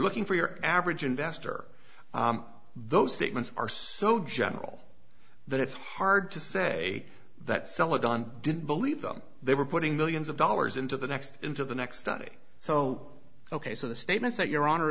looking for your average investor those statements are so general that it's hard to say that celadon didn't believe them they were putting millions of dollars into the next into the next study so ok so the statements that your honor